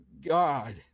God